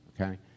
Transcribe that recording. Okay